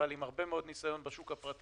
אבל יש לו הרבה מאוד ניסיון בשוק הפרטי.